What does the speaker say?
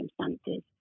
circumstances